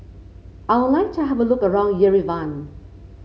I would like to have a look around Yerevan